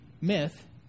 myth